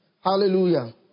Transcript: Hallelujah